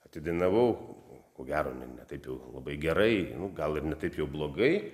atidainavau ko gero ne ne taip jau labai gerai gal ir ne taip jau blogai